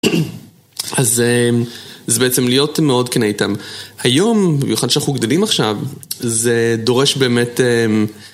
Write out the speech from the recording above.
אז זה בעצם להיות מאוד כנה איתם. היום, במיוחד שאנחנו גדלים עכשיו, זה דורש באמת...